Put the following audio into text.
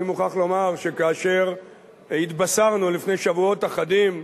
אני מוכרח לומר שכאשר התבשרנו לפני שבועות אחדים,